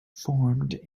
formed